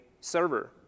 server